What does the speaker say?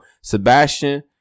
Sebastian